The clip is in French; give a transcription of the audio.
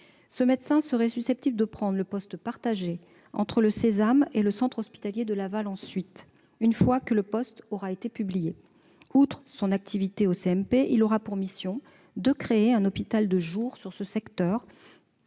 ce médecin serait susceptible de prendre le poste partagé entre le Cesame et le centre hospitalier de Laval, une fois que ledit poste aura été publié. Outre son activité au CMP, il aura pour mission de créer un hôpital de jour sur ce secteur,